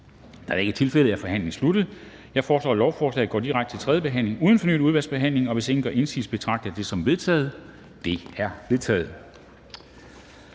Da det ikke er tilfældet, er forhandlingen sluttet. Jeg foreslår, at lovforslaget går direkte til tredje behandling uden fornyet udvalgsbehandling. Hvis ingen gør indsigelse, betragter jeg det som vedtaget. Det er vedtaget.